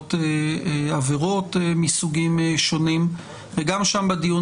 ונפגעות עבירות מסוגים שונים, וגם שם בדיון